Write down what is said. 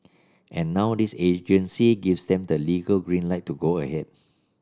and now this agency gives them the legal green light to go ahead